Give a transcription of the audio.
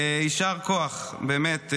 יישר כוח, באמת.